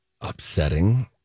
upsetting